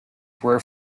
were